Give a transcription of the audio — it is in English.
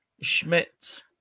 Schmitz